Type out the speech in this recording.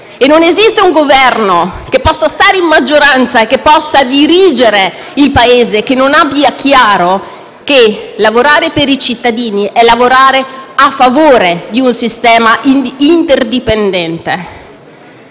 e non esiste un Governo che possa stare in maggioranza e possa dirigere il Paese che non abbia chiaro che lavorare per i cittadini è lavorare a favore di un sistema interdipendente.